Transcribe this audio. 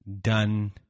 done